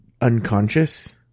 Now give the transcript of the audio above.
unconscious